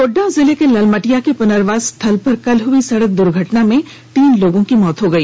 गोड्डा जिले के लालमटिया के पुनर्वास स्थल पर कल हुई सड़क दुर्घटना में तीन लोगों की मौत हो गई